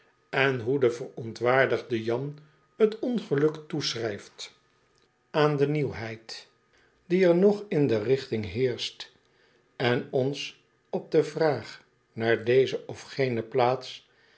en hoe de verontwaardigde jan t ongeluk toeschrijft aan de nieuwheid die er nog in de richting heerscht en ons op de vraag naar deze of gene plaats